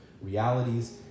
realities